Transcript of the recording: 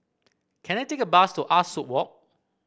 can I take a bus to Ah Soo Walk